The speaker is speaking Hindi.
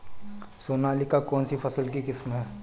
सोनालिका कौनसी फसल की किस्म है?